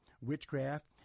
witchcraft